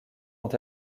vont